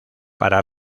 para